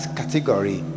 category